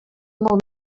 molt